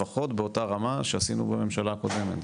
לפחות באותה רמה שעשינו בממשלה הקודמת,